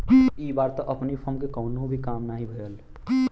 इ बार त अपनी फर्म के कवनो भी काम नाही भयल